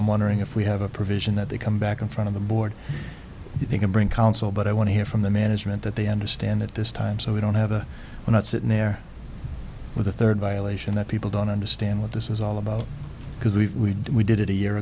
i'm wondering if we have a provision that they come back in front of the board i think and bring counsel but i want to hear from the management that they understand at this time so we don't have a we're not sitting there with a third violation that people don't understand what this is all about because we we did it a year